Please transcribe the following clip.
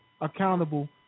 accountable